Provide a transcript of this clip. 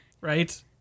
right